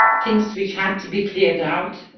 things which had to be cleared out.